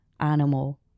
animal